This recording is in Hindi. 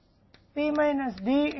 हम यहाँ से एक और बात लिख सकते हैं